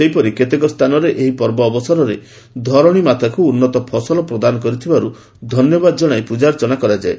ସେହିପରି କେତେକ ସ୍ଥାନରେ ଏହି ପର୍ବ ଅବସରରେ ଧରଣୀମାତାକୁ ଉନ୍ନତ ଫସଲ ପ୍ରଦାନ କରୁଥିବାରୁ ଧନ୍ୟବାଦ ଜଣାଇ ପୂଜାର୍ଚ୍ଚନା କରାଯାଏ